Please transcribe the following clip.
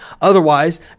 Otherwise